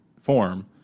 form